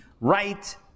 right